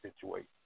situation